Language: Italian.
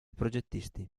progettisti